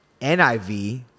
NIV